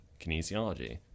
kinesiology